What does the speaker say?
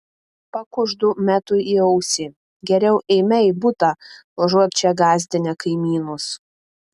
pakuždu metui į ausį geriau eime į butą užuot čia gąsdinę kaimynus